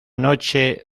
noche